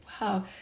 Wow